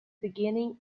beginning